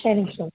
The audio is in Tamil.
சரிங்க சார்